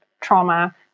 trauma